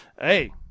hey